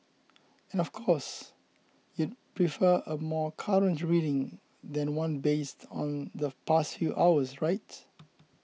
and of course you prefer a more current reading than one based on the past few hours right